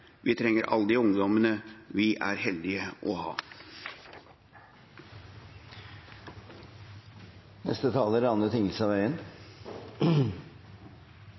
vi trenger alle de ungdommene vi er så heldige å ha.